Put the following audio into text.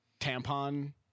tampon